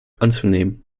anzunehmen